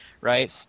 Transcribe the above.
right